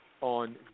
on